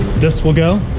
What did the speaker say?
this will go.